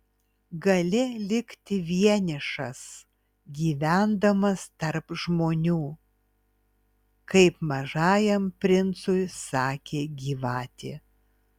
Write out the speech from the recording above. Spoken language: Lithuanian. gali likti vienišas gyvendamas tarp žmonių kaip mažajam princui sakė gyvatė